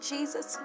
Jesus